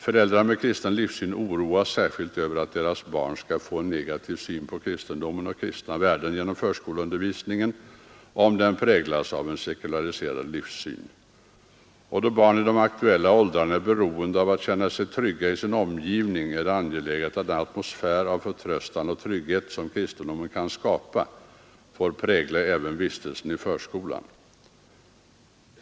Föräldrar med kristen livssyn oroas särskilt över att deras barn skall få en negativ syn på kristendomen och kristna värden genom förskoleundervisningen om denna präglas av en sekulariserad livssyn. Då barn i de aktuella åldrarna är beroende av att känna sig trygga i sin omgivning är det angeläget att den atmosfär av förtröstan och trygghet som kristendomen kan skapa får prägla även vistelsen i förskolan.